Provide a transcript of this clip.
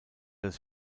des